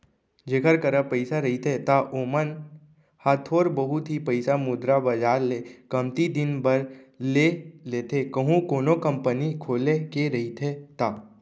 जेखर करा पइसा रहिथे त ओमन ह थोर बहुत ही पइसा मुद्रा बजार ले कमती दिन बर ले लेथे कहूं कोनो कंपनी खोले के रहिथे ता